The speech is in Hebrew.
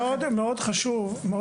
לכן היה חשוב לקבל את התגובה שלכם.